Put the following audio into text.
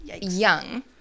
young